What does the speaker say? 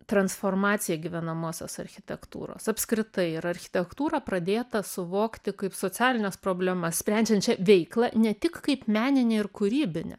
transformacija gyvenamosios architektūros apskritai ir architektūrą pradėta suvokti kaip socialines problemas sprendžiančią veiklą ne tik kaip meninę ir kūrybinę